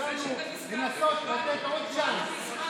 הסכמנו לנסות לתת עוד צ'אנס.